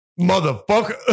Motherfucker